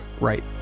right